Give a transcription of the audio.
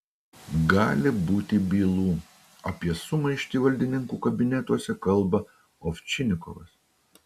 gali būti bylų apie sumaištį valdininkų kabinetuose kalba ovčinikovas